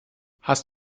hast